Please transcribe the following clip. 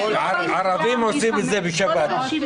ערבים מסתפרים בשבת.